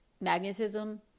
magnetism